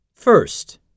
First